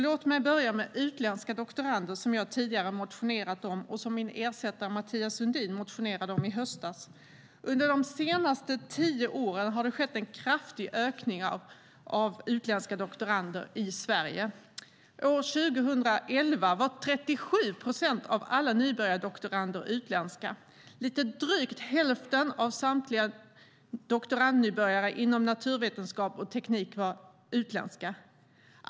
Låt mig börja med utländska doktorander, som jag tidigare har motionerat om och som min ersättare Mathias Sundin motionerade om i höstas. Under de senaste tio åren har det skett en kraftig ökning av utländska doktorander i Sverige. År 2011 var 37 procent av alla nybörjardoktorander utländska. Lite drygt hälften av samtliga doktorandnybörjare inom naturvetenskap och teknik var utländska.